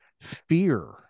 fear